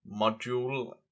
module